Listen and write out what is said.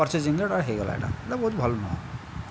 ପରଚେଜିଙ୍ଗ୍ରେ ଗୋଟିଏ ହୋଇଗଲା ଏଇଟା ଏଇଟା ବହୁତ ଭଲ ନୁହେଁ